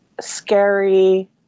scary